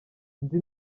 nzi